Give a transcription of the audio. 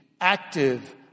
active